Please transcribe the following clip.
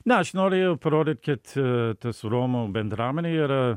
ne aš norėjau parodyt kad tas romų bendruomenė yra